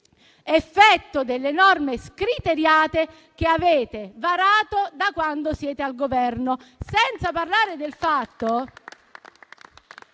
effetto delle norme scriteriate che avete varato da quando siete al Governo. Non parliamo poi del fatto